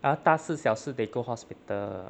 ah 大事小事 they go hospital